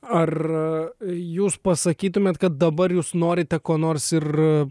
ar jūs pasakytumėt kad dabar jūs norite ko nors ir